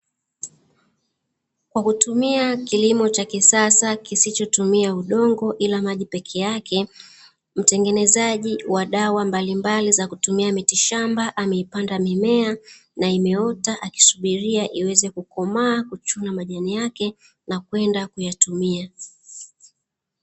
Kwa kutumia kilimo cha kisasa kisichotumia udongo, ila maji peke yake, mtengenezaji wa dawa mbalimbali za kutumia mitishamba, ameipanda mimea, na imeota, akisubiria iweze kukomaa, kuchuma majani yake na kwenda kutumia.